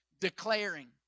declaring